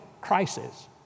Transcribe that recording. crisis